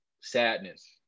sadness